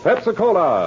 Pepsi-Cola